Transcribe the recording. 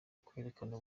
ukwerekana